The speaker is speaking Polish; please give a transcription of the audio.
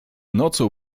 nocą